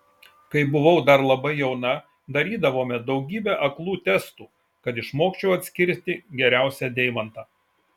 kai buvau dar labai jauna darydavome daugybę aklų testų kad išmokčiau atskirti geriausią deimantą